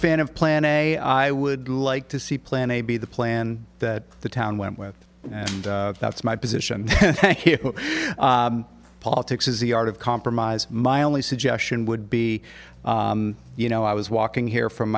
of plan a i would like to see plan a b the plan that the town went with and that's my position here politics is the art of compromise my only suggestion would be you know i was walking here from